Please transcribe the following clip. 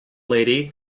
lady